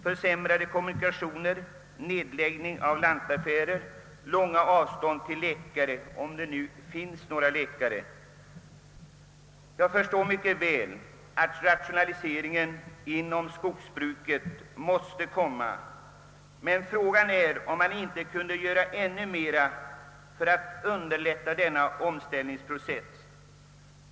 Försämrade kommunikationer, nedläggning av lantaffärer och långa avstånd till läkare — om det nu finns några läkare — gör inte situationen lättare. Jag begriper mycket väl att rationaliseringen inom skogsbruket måste komma; men frågan är om man inte kunde göra ännu mera för att underlätta denna omställningsprocess.